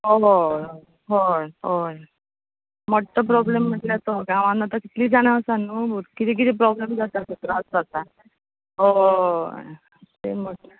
हय हय हय हय मोट्टो प्रोब्लेम म्हटल्यार तो गांवांत आतां कितलीं जाणां आसा न्हू किदें किदें प्रोब्लेम जाता ते त्रास जाता हय तें म्हटल्यार